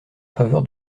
faveur